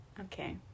Okay